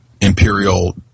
imperial